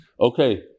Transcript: Okay